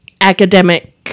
academic